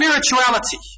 spirituality